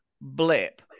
blip